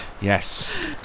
Yes